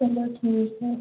चलो ठीक है